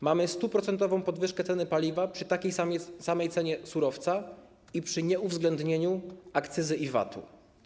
Mamy 100-procentową podwyżkę ceny paliwa przy takiej samej cenie surowca i przy nieuwzględnieniu akcyzy i VAT-u.